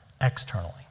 externally